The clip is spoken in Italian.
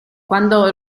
quando